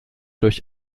durch